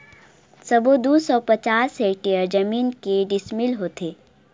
सबो दू सौ पचास हेक्टेयर जमीन के डिसमिल होथे?